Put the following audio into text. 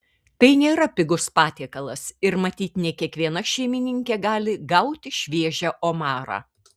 tai nėra pigus patiekalas ir matyt ne kiekviena šeimininkė gali gauti šviežią omarą